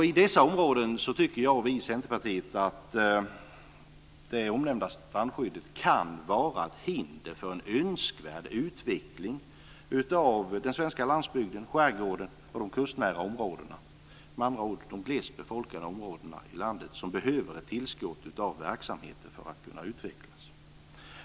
I dessa områden tycker jag och vi i Centerpartiet att det omnämnda strandskyddet kan vara ett hinder för en önskvärd utveckling av den svenska landsbygden, skärgården och de kustnära områdena, med andra ord de glesbefolkade områden i landet som behöver ett tillskott av verksamheter för att kunna utvecklas.